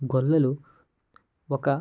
గొల్లలు ఒక